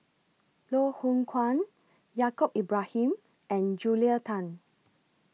Loh Hoong Kwan Yaacob Ibrahim and Julia Tan